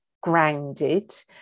grounded